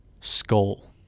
Skull